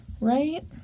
Right